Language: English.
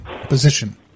Position